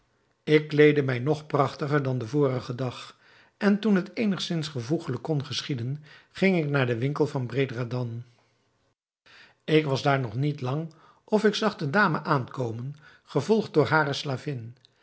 ik kleedde mij nog prachtiger dan den vorigen dag en toen het eenigzins gevoegelijk kon geschieden ging ik naar den winkel van bredradan ik was daar nog niet lang of ik zag de dame aankomen gevolgd door hare slavin